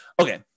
Okay